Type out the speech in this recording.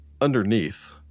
underneath